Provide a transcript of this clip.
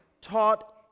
taught